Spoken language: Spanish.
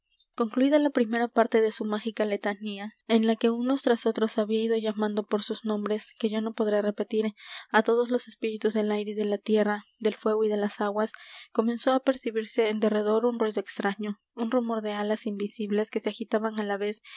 concluída la primera parte de su mágica letanía en la que unos tras otros había ido llamando por sus nombres que yo no podré repetir á todos los espíritus del aire y de la tierra del fuego y de las aguas comenzó á percibirse en derredor un ruido extraño un rumor de alas invisibles que se agitaban á la vez